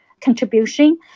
contribution